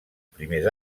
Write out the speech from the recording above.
primers